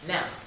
Now